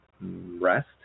rest